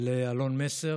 ולאלון מסר,